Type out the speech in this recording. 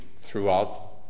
throughout